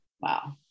Wow